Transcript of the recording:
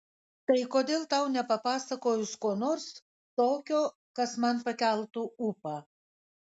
tai kodėl tau nepapasakojus ko nors tokio kas man pakeltų ūpą